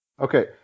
Okay